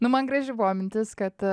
nu man graži buvo mintis kad